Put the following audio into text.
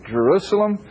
Jerusalem